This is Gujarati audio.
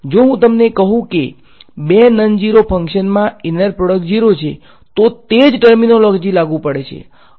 જો હું તમને કહું કે બે નનઝીરો ફંકશન્સમાં ઈનર પ્રોડક્ટ 0 છે તો તે જ ટરમીનોલોજી લાગુ પડે છે